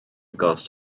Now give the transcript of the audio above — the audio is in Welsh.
gost